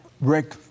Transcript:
Rick